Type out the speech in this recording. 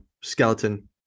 skeleton